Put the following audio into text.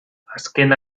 azken